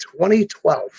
2012